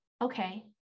Okay